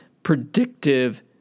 predictive